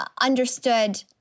understood